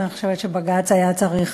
אבל אני חושבת שבג"ץ היה צריך